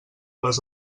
les